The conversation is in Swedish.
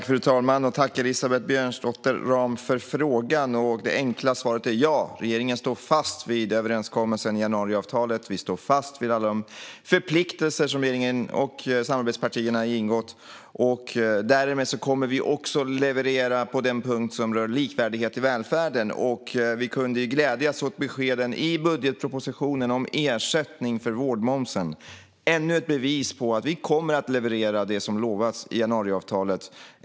Fru talman! Tack för frågan, Elisabeth Björnsdotter Rahm! Det enkla svaret är ja. Regeringen står fast vid överenskommelsen i januariavtalet. Vi står fast vid alla de förpliktelser som regeringen och samarbetspartierna har ingått. Därmed kommer vi också att leverera på den punkt som rör likvärdighet i välfärden. Vi kunde ju glädjas åt beskeden i budgetpropositionen om ersättning för vårdmomsen - ännu ett bevis på att vi kommer att leverera det som lovas i januariavtalet.